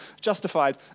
Justified